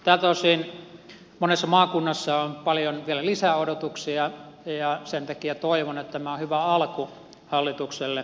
tältä osin monessa maakunnassa on paljon vielä lisäodotuksia ja sen takia toivon että tämä on hyvä alku hallitukselle